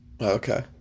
Okay